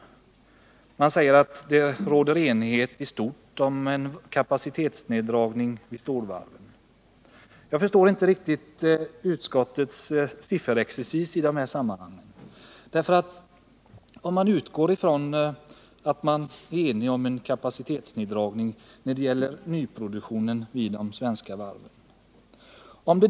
Utskottet säger att det råder enighet i stort om en kapacitetsneddragning vid storvarven. Jag förstår inte riktigt utskottets sifferexercis i det här sammanhanget. Man är enig om en kapacitetsneddragning för nyproduktionen vid de svenska varven.